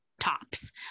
tops